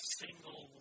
single